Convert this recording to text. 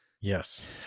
Yes